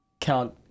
count